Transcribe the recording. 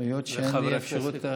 והיות שאין לי אפשרות,